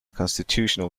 constitutional